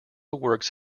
works